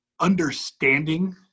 understanding